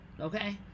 okay